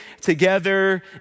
together